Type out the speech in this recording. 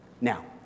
Now